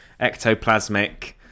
ectoplasmic